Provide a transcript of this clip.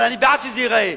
אבל אני בעד שזה ייראה.